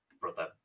brother